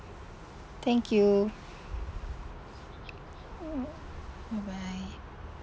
thank you mmhmm bye bye